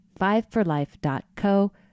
fiveforlife.co